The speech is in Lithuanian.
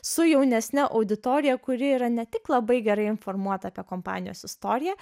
su jaunesne auditorija kuri yra ne tik labai gerai informuota apie kompanijos istoriją